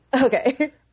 Okay